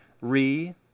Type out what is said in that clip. re